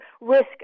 risk